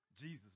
Jesus